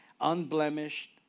unblemished